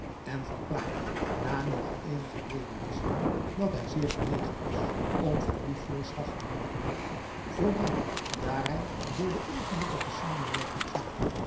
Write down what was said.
en verklaarde na nog eenige redewisseling dat hij zeer genegen was om van dien voorslag gebruik te maken vooral daar hij door den ongelukkigen zamenloop van zaken